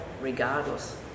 regardless